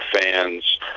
fans